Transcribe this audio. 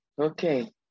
Okay